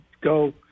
go